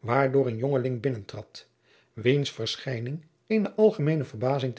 waardoor een jongeling binnentrad wiens verschijning eene algemeene verbazing